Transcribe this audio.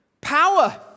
Power